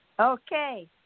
Okay